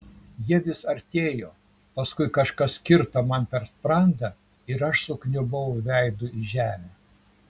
jie vis artėjo paskui kažkas kirto man per sprandą ir aš sukniubau veidu į žemę